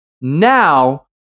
Now